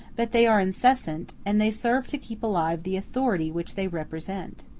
but they are incessant, and they serve to keep alive the authority which they represent.